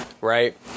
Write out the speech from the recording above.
right